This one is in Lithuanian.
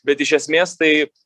bet iš esmės tai